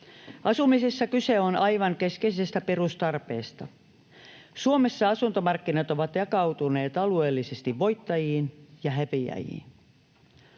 Asumisessa kyse on aivan keskeisestä perustarpeesta. Suomessa asuntomarkkinat ovat jakautuneet alueellisesti voittajiin ja häviäjiin.